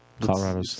Colorado